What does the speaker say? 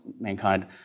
mankind